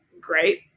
great